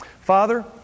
Father